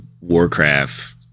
Warcraft